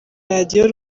radio